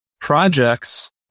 projects